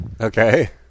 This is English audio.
Okay